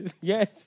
Yes